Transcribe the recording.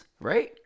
right